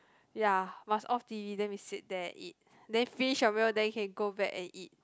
ya must off T_V then we sit there and eat then finish your meal then you can go back and eat